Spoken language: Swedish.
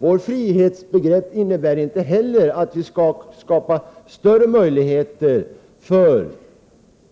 Vårt frihetsbegrepp innebär inte heller att vi skall skapa större möjligheter för